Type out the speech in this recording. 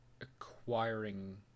acquiring